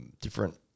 different